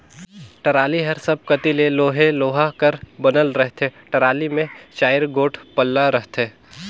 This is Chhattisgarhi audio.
टराली हर सब कती ले लोहे लोहा कर बनल रहथे, टराली मे चाएर गोट पल्ला रहथे